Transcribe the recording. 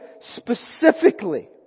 specifically